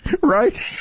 Right